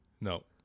No